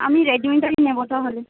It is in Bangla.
আমি রেডমিটাই নেব তাহলে